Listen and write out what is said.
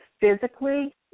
physically